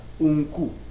Unku